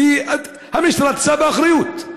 והמשטרה תישא באחריות.